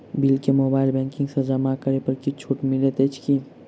Bill केँ mobile banking सँ जमा करै पर किछ छुटो मिलैत अछि की?